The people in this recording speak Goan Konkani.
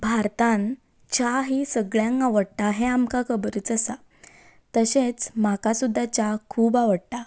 भारतांत च्या ही सगळ्यांक आवडटा हें आमकां खबरूच आसा तशेंच म्हाका सुद्दां च्या खूब आवडटा